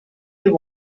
you